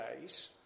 days